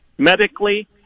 medically